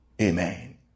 Amen